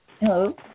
Hello